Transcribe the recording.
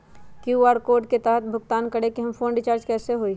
QR code के तहद भुगतान करके हम फोन रिचार्ज कैसे होई?